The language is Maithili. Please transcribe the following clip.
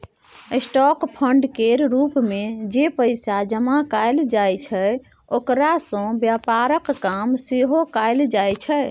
स्टॉक फंड केर रूप मे जे पैसा जमा कएल जाइ छै ओकरा सँ व्यापारक काम सेहो कएल जाइ छै